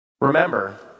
Remember